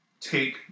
take